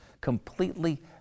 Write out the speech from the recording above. Completely